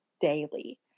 daily